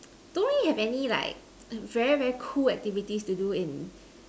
don't really have any like very very cool activities to do in